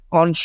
on